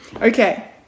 Okay